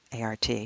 Art